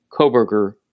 Koberger